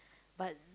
but